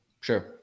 Sure